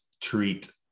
treat